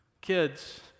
Kids